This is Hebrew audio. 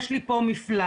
יש לי פה מפלג,